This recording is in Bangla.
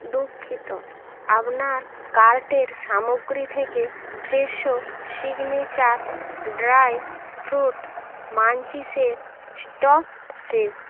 দুঃখিত আপনার কার্ট এর সামগ্রী থেকে ফ্রেশো সিগনেচার ড্রাই ফ্রুট মাঞ্চিসের স্টক শেষ